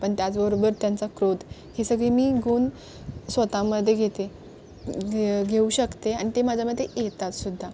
पण त्याचबरोबर त्यांचा क्रोध ही सगळी मी गुण स्वतःमध्ये घेते घेऊ शकते आणि ते माझ्यामध्ये येतातसुद्धा